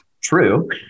true